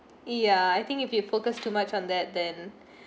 ya I think if you focus too much on that then